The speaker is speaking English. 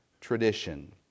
tradition